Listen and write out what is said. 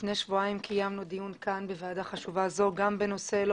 לפני שבועיים קיימנו דיון כאן בוועדה חשוב זו גם בנושא לא